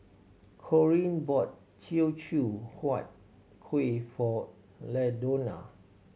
Corene bought Teochew Huat Kuih for Ladonna